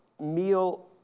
meal